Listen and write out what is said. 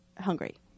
hungry